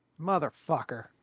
Motherfucker